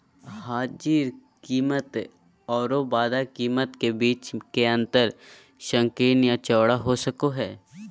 हाजिर कीमतआरो वायदा कीमत के बीच के अंतर संकीर्ण या चौड़ा हो सको हइ